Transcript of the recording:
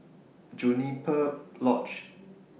Juniper Lodge